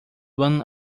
van